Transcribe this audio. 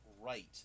right